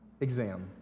exam